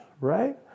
right